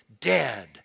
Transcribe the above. dead